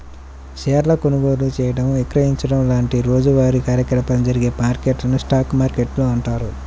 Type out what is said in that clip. షేర్ల కొనుగోలు చేయడం, విక్రయించడం లాంటి రోజువారీ కార్యకలాపాలు జరిగే మార్కెట్లను స్టాక్ మార్కెట్లు అంటారు